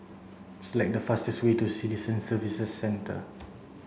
select the fastest way to Citizen Services Centre